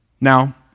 Now